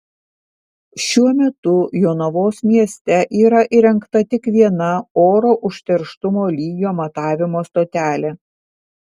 šiuo metu jonavos mieste yra įrengta tik viena oro užterštumo lygio matavimo stotelė